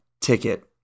ticket